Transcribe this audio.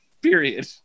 Period